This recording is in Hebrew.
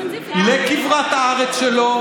לכברת הארץ שלו,